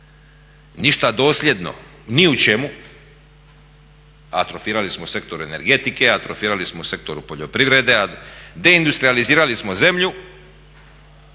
ništa dosljedno ni u čemu, atrofirali smo sektor energetike, atrofirali smo u sektoru poljoprivrede, deindustrijalizirali smo zemlju